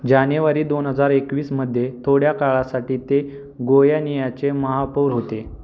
जानेवारी दोन हजार एकवीसमध्ये थोड्या काळासाठी ते गोयानियाचे महापौर होते